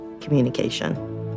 communication